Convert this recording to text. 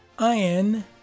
Ian